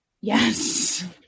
Yes